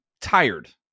tired